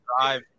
drive